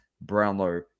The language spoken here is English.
Brownlow